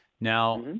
Now